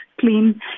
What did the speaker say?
clean